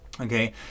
Okay